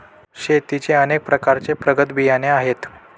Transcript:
शेतीचे अनेक प्रकारचे प्रगत बियाणे आहेत